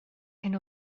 hyn